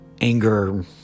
anger